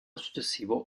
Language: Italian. successivo